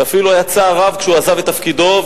ואפילו היה צער רב כשהוא שעזב את תפקידו,